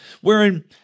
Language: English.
wherein